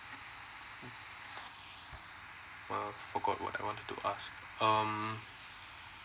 forgot what I want to ask um